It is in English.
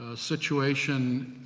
ah situation